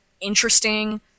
interesting